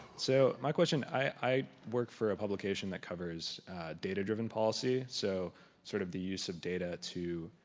so my question, i worked for a publication that covers data driven policy, so sort of the use of data to